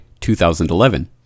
2011